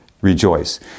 Rejoice